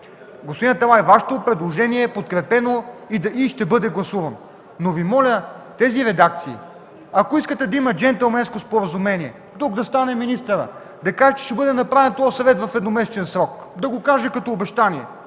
Господин Аталай, Вашето предложение е подкрепено и ще бъде гласувано, но Ви моля за редакциите. Ако искате да има джентълменско споразумение, тук да стане министърът, да каже, че ще бъде направен този съвет в едномесечен срок, да го каже като обещание